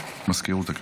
תודה.